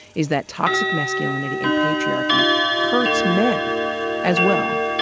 is that toxic masculinity and patriarchy hurts men as well.